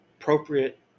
appropriate